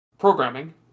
programming